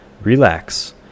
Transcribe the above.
relax